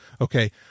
Okay